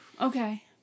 Okay